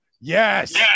Yes